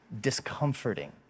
discomforting